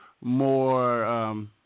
more –